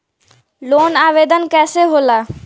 Loan आवेदन कैसे होला?